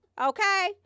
Okay